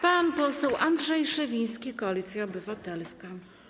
Pan poseł Andrzej Szewiński, Koalicja Obywatelska.